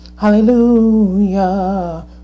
Hallelujah